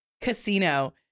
casino